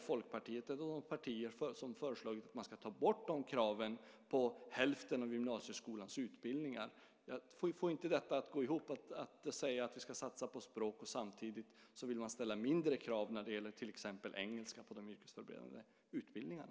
Folkpartiet är ett av de partier som har föreslagit att man ska ta bort de kraven på hälften av gymnasieskolans utbildningar. Jag får det inte att gå ihop när man säger att man ska satsa på språk och samtidigt vill ställa mindre krav när det gäller till exempel engelska på de yrkesförberedande utbildningarna.